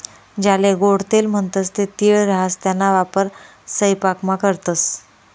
ज्याले गोडं तेल म्हणतंस ते तीळ राहास त्याना वापर सयपाकामा करतंस